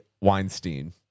weinstein